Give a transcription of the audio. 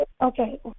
Okay